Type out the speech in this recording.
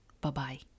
Bye-bye